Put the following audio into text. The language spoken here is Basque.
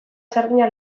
sardina